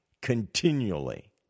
continually